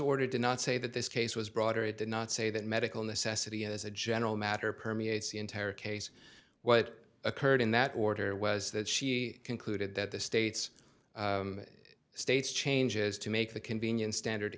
did not say that this case was broader it did not say that medical necessity as a general matter permeates the entire case what occurred in that order was that she concluded that the state's state's changes to make the convenience standard